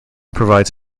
provides